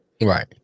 Right